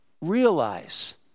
Realize